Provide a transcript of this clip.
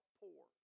poor